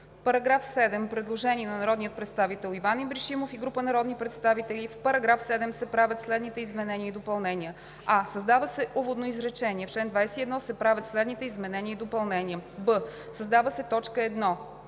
По § 7 има предложение на народния представител Иван Ибришимов и група народни представители. В § 7 се правят следните изменения и допълнения: „а) създава се уводно изречение: „В чл. 21 се правят следните изменения и допълнения:“ б) създава се т. 1: